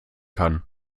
kann